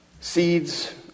Seeds